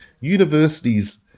universities